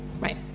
right